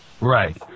Right